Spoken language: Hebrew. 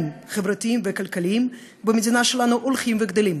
החברתיים והכלכליים במדינה שלנו הולכים וגדלים.